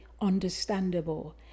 understandable